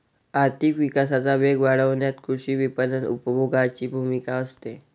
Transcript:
आर्थिक विकासाचा वेग वाढवण्यात कृषी विपणन उपभोगाची भूमिका असते